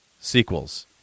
sequels